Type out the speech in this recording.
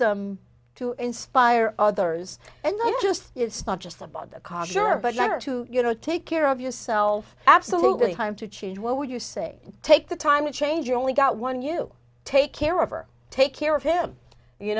wisdom to inspire others and i just it's not just about the cause sure but never to you know take care of yourself absolutely time to change what would you say take the time to change your only got one you take care of or take care of him you